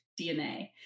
DNA